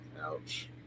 Ouch